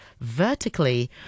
vertically